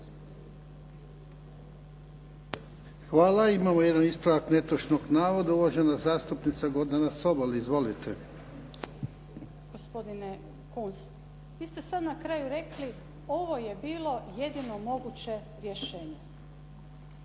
Hvala. Imamo jedan ispravak netočnog navoda. Uvažena zastupnica Gordana Sobol. Izvolite. **Sobol, Gordana (SDP)** Gospodine Kunst, vi ste sad na kraju rekli ovo je bilo jedino moguće rješenje.